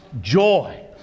joy